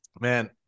man